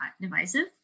divisive